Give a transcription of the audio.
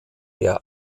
der